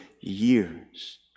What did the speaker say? years